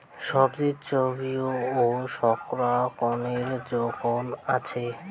সবজিত চর্বি ও শর্করা কণেক জোখন আছে